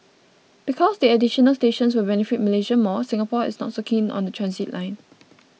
because the additional stations will benefit Malaysia more Singapore is not so keen on the transit line